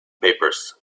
papers